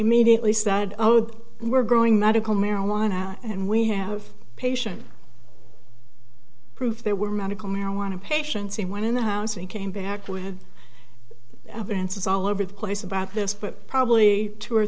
immediately said oh we're going medical marijuana and we have patients proof there were medical marijuana patients he went in the house and came back with evidence is all over the place about this but probably two or